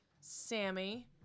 Sammy